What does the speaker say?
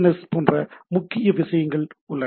S போன்ற முக்கிய விஷயங்கள் உள்ளன